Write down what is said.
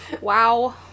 Wow